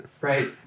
right